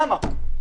למה?